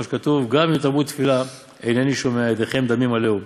כמו שכתוב 'גם אם תרבו תפלה אינני שומע ידכם דמים מלאו'.